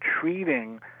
treating